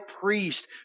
priest